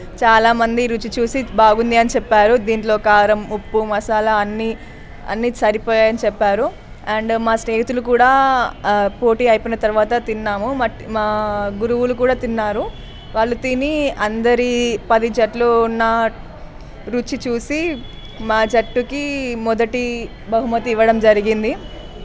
చాలామంది రుచి చూసి బాగుంది అని చెప్పారు దీంట్లో కారం ఉప్పు మసాలా అన్ని అన్ని సరిపోయాయి అని చెప్పారు అండ్ మా స్నేహితులు కూడా పోటీ అయిపోయిన తర్వాత తిన్నాము మా గురువులు కూడా తిన్నారు వాళ్ళు తిని అందరి పది జట్లు ఉన్న రుచి చూసి మా జట్టుకి మొదటి బహుమతి ఇవ్వడం జరిగింది